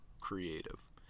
creative